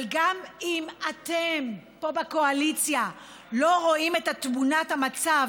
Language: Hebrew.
אבל גם אם אתם פה בקואליציה לא רואים את תמונת המצב